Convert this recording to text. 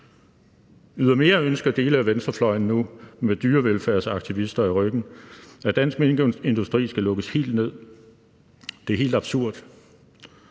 Ydermere ønsker dele af venstrefløjen nu med dyrevelfærdsaktivister i ryggen, at dansk minkindustri skal lukkes helt ned. Det er helt absurd.